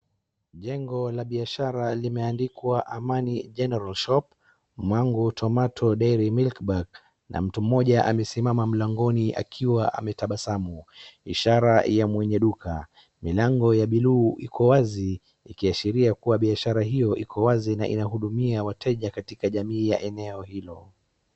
Jengo la biashara limeandikwa AMANI GENERAL SHOP MANGU TOMATO DAIRY MILK BAR. Na mtu mmoja amesimama mlangoni akiwa ametabasamu ishara ya mwenye duka, milango ya blue iko wazi ikiashiria kuwa biashara hio iko wazi na inahudumia wateja katika jamii ya eneo hilo.